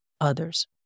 others